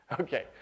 Okay